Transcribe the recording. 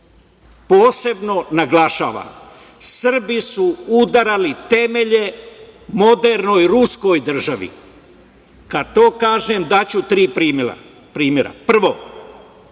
posebno naglašavam Srbi su udarali temelje modernoj ruskoj državi. Kad to kažem, daću tri primera. Prvo,